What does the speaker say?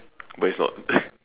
but it's not